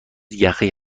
یخی